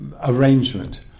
arrangement